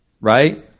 right